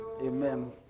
Amen